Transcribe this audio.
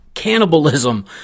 cannibalism